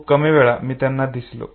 खूप कमी वेळा मी त्यांना दिसलो